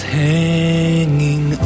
hanging